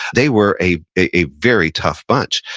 they were a a very tough bunch,